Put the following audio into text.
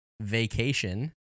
vacation